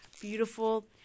beautiful